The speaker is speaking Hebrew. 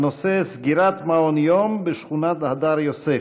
הנושא: סגירת מעון יום בשכונת הדר יוסף.